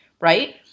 right